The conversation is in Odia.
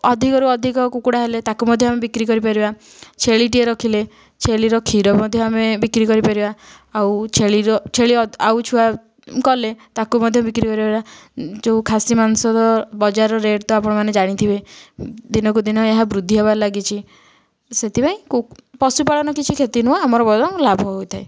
ଅଧିକରୁ ଅଧିକ କୁକୁଡ଼ା ହେଲେ ତାକୁ ମଧ୍ୟ ଆମେ ବିକ୍ରି କରିପାରିବା ଛେଳିଟିଏ ରଖିଲେ ଛେଳିର କ୍ଷୀର ମଧ୍ୟ ଆମେ ବିକ୍ରି କରିପାରିବା ଆଉ ଛେଳିର ଛେଳି ଆଉ ଛୁଆ କଲେ ତାକୁ ମଧ୍ୟ ବିକ୍ରି କରିପାରିବା ଯେଉଁ ଖାସି ମାଂସ ବଜାରର ରେଟ୍ ତ ଆପଣମାନେ ଜାଣିଥିବେ ଦିନକୁ ଦିନ ଏହା ବୃଦ୍ଧି ହେବାକୁ ଲାଗିଛି ସେଥିପାଇଁ ପଶୁପାଳନ କିଛି କ୍ଷତି ନୁହଁ ଆମର ବରଂ ଲାଭ ହୋଇଥାଏ